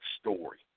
story